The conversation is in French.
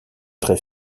très